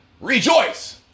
Rejoice